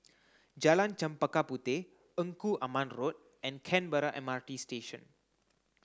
Jalan Chempaka Puteh Engku Aman Road and Canberra M R T Station